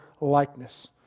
likeness